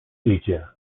idzie